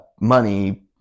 money